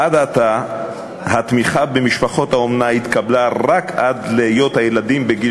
עד עתה התמיכה במשפחות האומנה התקבלה רק עד היות הילדים בגיל